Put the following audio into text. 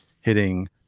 hitting